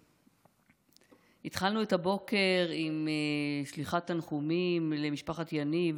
התחלנו את הבוקר עם שליחת תנחומים למשפחת יניב